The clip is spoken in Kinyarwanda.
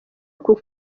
uku